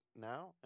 now